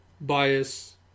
bias